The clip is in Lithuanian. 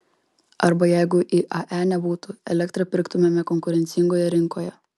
arba jeigu iae nebūtų elektrą pirktumėme konkurencingoje rinkoje